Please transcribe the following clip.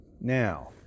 now